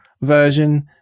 version